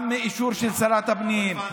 גם אישור של שרת הפנים,